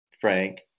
Frank